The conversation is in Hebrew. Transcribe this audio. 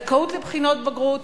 הזכאות לבחינות בגרות